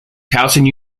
towson